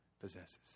possesses